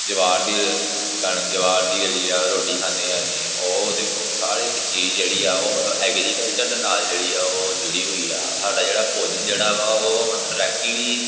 ਜਵਾਰ ਦੀ ਕਣਕ ਜਵਾਰ ਦੀ ਜਿਹੜੀ ਆ ਰੋਟੀ ਖਾਂਦੇ ਹਾਂ ਅਸੀਂ ਉਹ ਦੇਖੋ ਸਾਰੇ ਇੱਕ ਚੀਜ਼ ਜਿਹੜੀ ਆ ਉਹ ਐਗਰੀਕਲਚਰ ਦੇ ਨਾਲ ਜਿਹੜੀ ਆ ਉਹ ਜੁੜੀ ਹੋਈ ਆ ਸਾਡਾ ਜਿਹੜਾ ਭੋਜਨ ਜਿਹੜਾ ਵਾ ਉਹ ਡਰੈਕਟਲੀ